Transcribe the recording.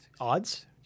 odds